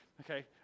Okay